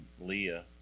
Leah